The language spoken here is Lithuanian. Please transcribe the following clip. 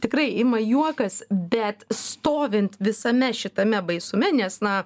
tikrai ima juokas bet stovint visame šitame baisume nes na